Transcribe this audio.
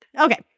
Okay